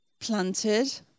Planted